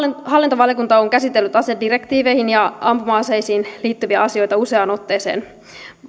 hallintovaliokunta on käsitellyt asedirektiiveihin ja ampuma aseisiin liittyviä asioita useaan otteeseen